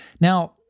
Now